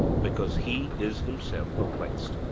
because he is himself perplexed.